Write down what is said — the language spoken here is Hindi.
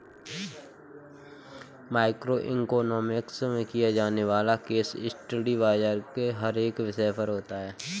माइक्रो इकोनॉमिक्स में किया जाने वाला केस स्टडी बाजार के हर एक विषय पर होता है